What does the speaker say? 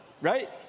right